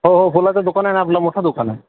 हो हो फुलाचं दुकान आहे ना आपलं मोठं दुकान आहे